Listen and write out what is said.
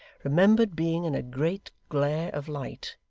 remembered being in a great glare of light,